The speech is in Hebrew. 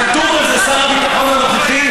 חתום על זה שר הביטחון הנוכחי,